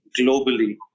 globally